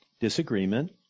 Disagreement